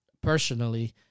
personally